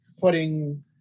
putting